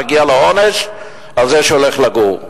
מגיע לו עונש על זה שהוא הולך לגור.